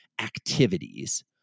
activities